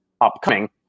upcoming